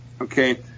okay